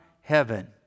heaven